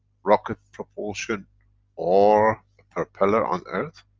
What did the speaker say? rocket propulsion or a propeller on earth?